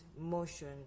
motion